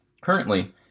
Currently